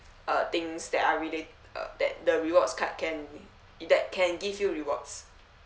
uh things that are relate uh that the rewards card can that can give you rewards